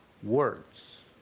words